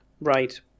Right